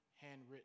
handwritten